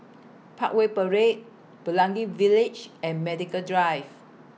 Parkway Parade Pelangi Village and Medical Drive